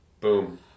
Boom